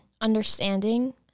understanding